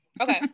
Okay